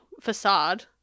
facade